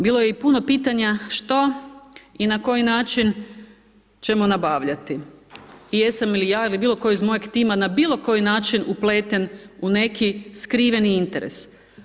Naravno, bilo je i puno pitanje što i na koji način ćemo nabavljati i jesam li ja ili bilo tko iz mojeg tima na bilo koji način upletan u neki skriveni interes.